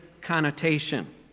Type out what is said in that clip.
connotation